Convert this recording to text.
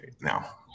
now